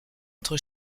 entre